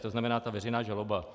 To znamená ta veřejná žaloba.